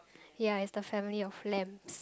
ya it's the family of lambs